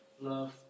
love